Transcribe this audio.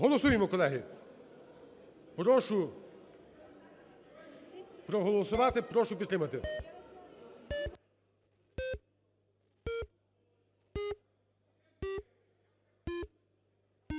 Голосуємо, колеги! Прошу проголосувати, прошу підтримати.